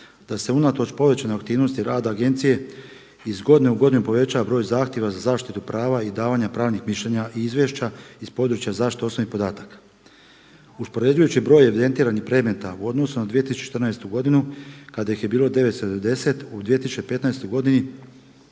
da se unatoč povećanoj aktivnosti rada agencije iz godine u godinu povećava broj zahtjeva za zaštitu prava i davanja pravnih mišljenja i izvješća iz područja zaštite osobnih podataka. Uspoređujući broj evidentiranih predmeta u odnosu na 2014. godinu kada ih je bilo 990, u 2015. godini